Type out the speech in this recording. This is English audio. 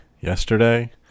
yesterday